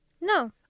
No